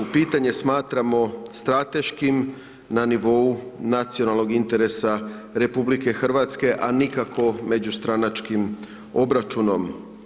Pitanje smatramo strateškim na nivou nacionalnog interesa RH, a nikako međustranačkim obračunom.